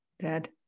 Good